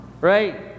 right